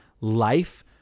life